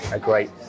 great